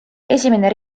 esimene